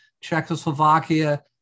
Czechoslovakia